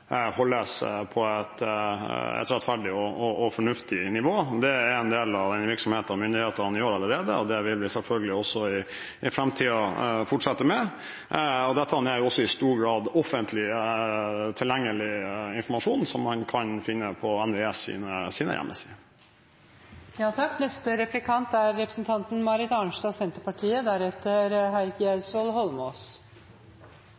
holdes på et rettferdig og fornuftig nivå. Det er en del av den virksomheten myndighetene gjør allerede, og det vil vi selvfølgelig også i fremtiden fortsette med. Dette er også i stor grad offentlig tilgjengelig informasjon, som man kan finne på NVEs hjemmeside. Det er